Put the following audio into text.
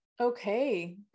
Okay